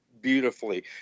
beautifully